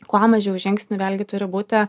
kuo mažiau žingsnių vėlgi turi būti